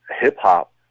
hip-hop